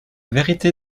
vérité